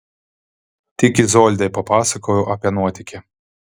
tik izoldai papasakojau apie nuotykį